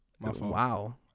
Wow